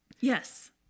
Yes